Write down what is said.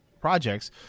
projects